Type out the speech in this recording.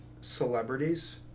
celebrities